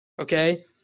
Okay